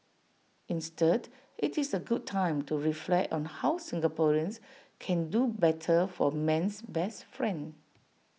instead IT is A good time to reflect on how Singaporeans can do better for man's best friend